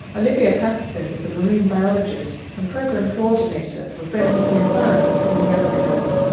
olivia patterson is a marine biologist and program coordinator for friends of the environment in the abacos.